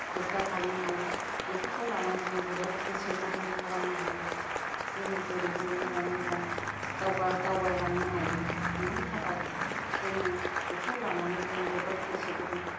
गोग्गाथावनो हायो बेफोरखौ लानानै जों जोबोद गोसो गुदुं खालामनो हायो जों जेरैबो मोजाङै मोजां दावगा दावबाय लांनो हायो बेनि थाखाय जोङो बेखौ लानानै जों जोबोद गोसो गुदुं